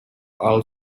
all